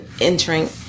entering